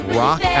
rock